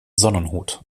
sonnenhut